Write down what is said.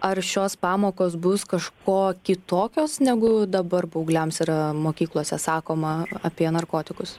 ar šios pamokos bus kažkuo kitokios negu dabar paaugliams yra mokyklose sakoma apie narkotikus